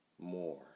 more